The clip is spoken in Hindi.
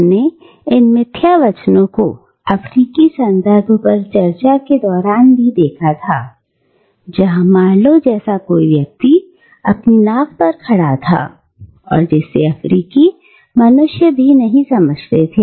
हमने इन मिथ्या वचनों को अफ्रीकी संदर्भ पर चर्चा के दौरान भी देखा था जहां मार्लो जैसा कोई व्यक्ति अपनी नाव पर खड़ा था और जिसे अफ्रीकी मनुष्य भी नहीं समझते थे